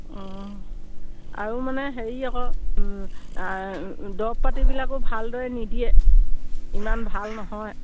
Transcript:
অঁ আৰু মানে হেৰি আকৌ দৰৱ পাতিবিলাকো ভালদৰে নিদিয়ে ইমান ভাল নহয়